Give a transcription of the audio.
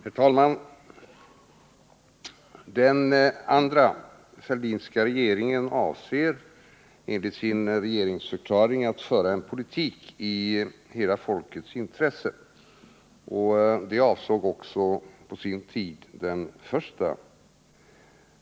Herr talman! Den andra Fälldinska regeringen avser enligt sin regeringsförklaring ”att föra en politik i hela folkets intresse”. Det avsåg också på sin tid den första.